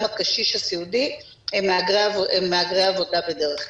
הקשיש הסיעודי הם מהגרי עבודה בדרך כלל.